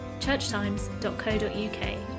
churchtimes.co.uk